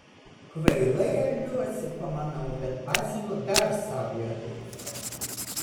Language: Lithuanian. kvailai elgiuosi pamanau bet pasemiu dar saują druskos